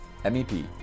MEP